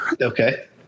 Okay